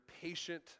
patient